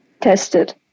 tested